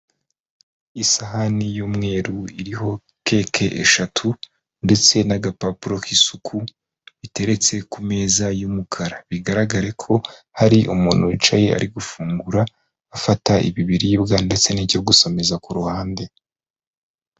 Isahani y'umweru iriho keke eshatu ndetse n'agapapuro k'isuku biteretse ku meza y'umukara, bigaragare ko hari umuntu wicaye ari gufungura afata ibi biribwa ndetse n'icyo gusomeza ku ruhande.